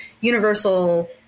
universal